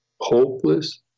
Hopeless